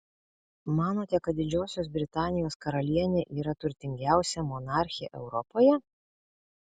manote kad didžiosios britanijos karalienė yra turtingiausia monarchė europoje